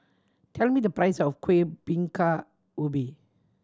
tell me the price of Kuih Bingka Ubi